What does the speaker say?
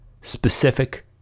specific